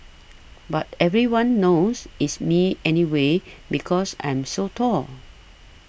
but everyone knows it's me anyways because I'm so tall